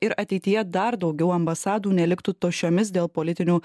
ir ateityje dar daugiau ambasadų neliktų tuščiomis dėl politinių